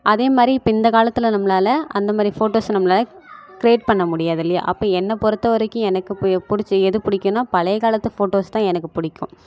அதே மாதிரி இப்போ இந்த காலத்தில் நம்மளால் அந்த மாதிரி ஃபோட்டோஸை நம்மளால் கிரியேட் பண்ண முடியாது இல்லையா அப்போ என்ன பொறுத்த வரைக்கும் எனக்கு இப்போ பிடிச்சி எது பிடிக்குன்னா பழைய காலத்து ஃபோட்டோஸ் தான் எனக்கு பிடிக்கும்